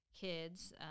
kids